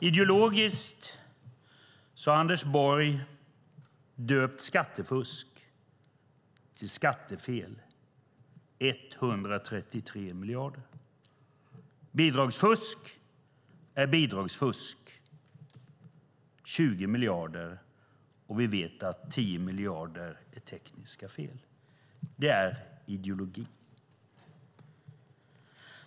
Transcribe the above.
Ideologiskt har Anders Borg döpt skattefusk till "skattefel" - 133 miljarder. Bidragsfusk är bidragsfusk - 20 miljarder, där vi vet att 10 miljarder är tekniska fel. Det är ideologi.